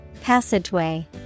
Passageway